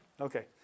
Okay